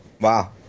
Wow